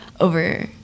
over